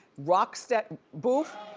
rock step boof,